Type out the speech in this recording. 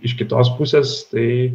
iš kitos pusės tai